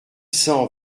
cent